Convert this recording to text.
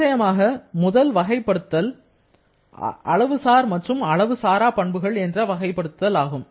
நிச்சயமாக முதல் வகை வகைப்படுத்தல் அளவுசார் மற்றும் அளவுசார் பண்புகள் என்று வகைப்படுத்துதல் ஆகும்